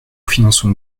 finançons